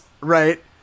Right